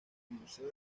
museo